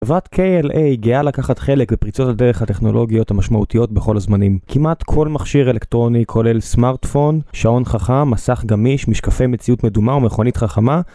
חברת KLA גאה לקחת חלק בפריצות על דרך הטכנולוגיות המשמעותיות בכל הזמנים כמעט כל מכשיר אלקטרוני כולל סמארטפון, שעון חכם, מסך גמיש, משקפי מציאות מדומה ומכונית חכמה